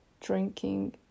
drinking